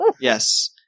Yes